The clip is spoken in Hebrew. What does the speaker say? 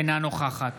אינה נוכחת